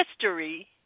history